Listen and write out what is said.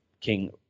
king